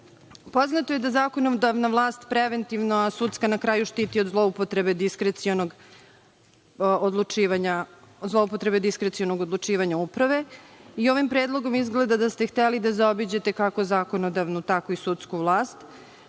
videli? Poznato je da zakonodavna vlast preventivno, a sudska na kraju štiti od zloupotrebe diskrecionog odlučivanja uprave i ovim predlogom izgleda da ste hteli da zaobiđete kako zakonodavnu, tako i sudsku vlast,